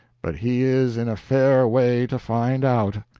but he is in a fair way to find out.